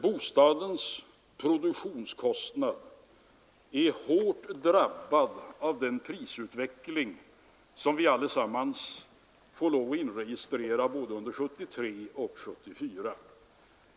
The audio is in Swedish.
Bostadens produktionskostnad är hårt drabbad av den prisutveckling som vi allesammans måste inregistrera både under 1973 och 1974.